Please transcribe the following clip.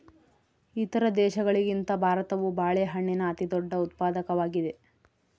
ಇತರ ದೇಶಗಳಿಗಿಂತ ಭಾರತವು ಬಾಳೆಹಣ್ಣಿನ ಅತಿದೊಡ್ಡ ಉತ್ಪಾದಕವಾಗಿದೆ